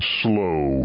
slow